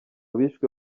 bishwe